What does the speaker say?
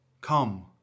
Come